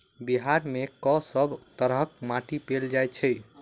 बिहार मे कऽ सब तरहक माटि पैल जाय छै?